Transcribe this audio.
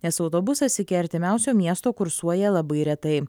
nes autobusas iki artimiausio miesto kursuoja labai retai